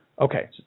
Okay